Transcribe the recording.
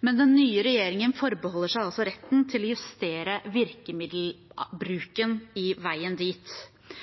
Men den nye regjeringen forbeholder seg altså retten til å justere virkemiddelbruken på veien dit.